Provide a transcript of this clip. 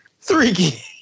three